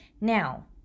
Now